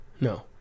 no